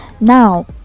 now